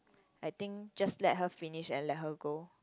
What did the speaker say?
I think just let her finish and let her go